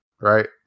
right